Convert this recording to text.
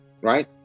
right